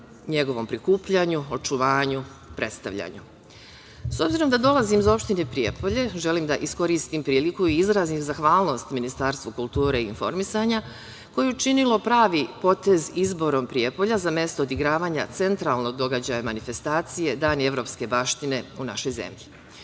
njegovom prikupljanju, očuvanju, predstavljanju.S obzirom da dolazim iz opštine Prijepolje, želim da iskoristim priliku i izrazim zahvalnost Ministarstvu kulture i informisanja, koje je učinilo pravi potez izborom Prijepolja za mesto odigravanja centralnog događaja manifestacije „Dani evropske baštine“ u našoj zemlji. Tako